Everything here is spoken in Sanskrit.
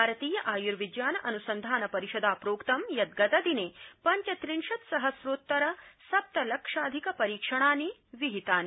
भारतीय आयुर्विज्ञानअनुसंधान परिषदा प्रोक्तं यत् गतदिने पंचत्रिंशत् सहस्रोत्तर सप्तलक्षाधिक परीक्षणानि विहितानि